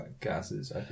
gases